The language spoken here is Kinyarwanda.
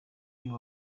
uyu